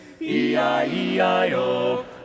E-I-E-I-O